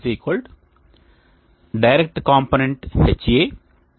ఇప్పుడు Hat direct component Ha x RD